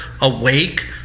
awake